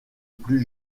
plus